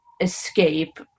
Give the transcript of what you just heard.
escape